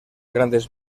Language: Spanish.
grandes